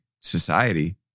society